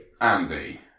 Andy